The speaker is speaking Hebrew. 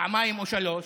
פעמיים או שלוש.